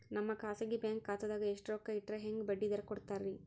ನಮ್ಮ ಖಾಸಗಿ ಬ್ಯಾಂಕ್ ಖಾತಾದಾಗ ಎಷ್ಟ ರೊಕ್ಕ ಇಟ್ಟರ ಹೆಂಗ ಬಡ್ಡಿ ದರ ಕೂಡತಾರಿ?